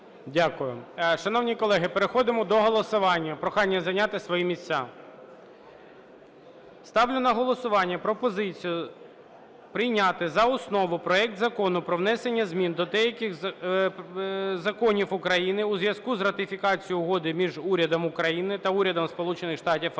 Дякую. Шановні колеги, переходимо до голосування, прохання зайняти свої місця. Ставлю на голосування пропозицію прийняти за основу проект Закону про внесення змін до деяких законів України у зв'язку з ратифікацією Угоди між Урядом України та Урядом